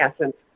essence